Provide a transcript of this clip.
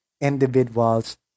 individuals